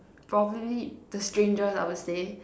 probably the strangest I would say